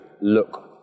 look